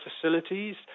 facilities